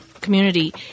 community